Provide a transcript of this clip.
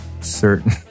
certain